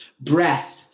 breath